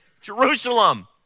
Jerusalem